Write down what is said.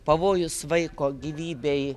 pavojus vaiko gyvybei